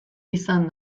izan